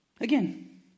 Again